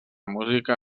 música